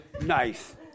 Nice